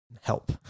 help